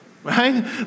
right